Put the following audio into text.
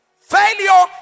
Failure